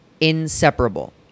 inseparable